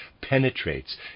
penetrates